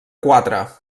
quatre